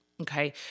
Okay